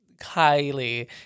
Kylie